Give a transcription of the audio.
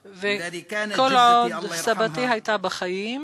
וכל עוד הייתה סבתי בחיים